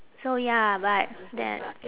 so ya but that